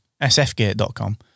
sfgate.com